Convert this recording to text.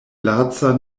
laca